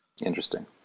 Interesting